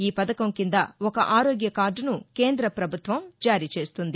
ఈ పథకం కింద ఒక ఆరోగ్య కార్డును కేంద్ర ప్రభుత్వం జారీ చేస్తుంది